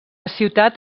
ciutat